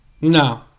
No